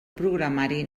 programari